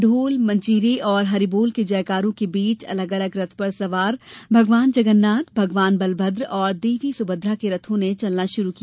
ढोल मंजीरे और हरिबोल के जयकारों के बीच अलग अलग रथ पर सवार भगवान जगन्नाथ भगवान बलभद्र और देवी सुभद्रा के रथों ने चलना शुरू किया